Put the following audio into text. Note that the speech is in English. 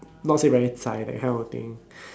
not say very zai that kind of thing